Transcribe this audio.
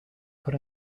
put